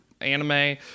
anime